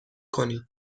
کنید